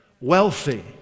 wealthy